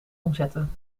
omzetten